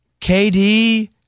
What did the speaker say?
KD